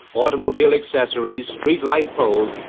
automobile accessories, street light poles,